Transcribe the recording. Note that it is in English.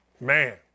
Man